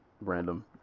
Random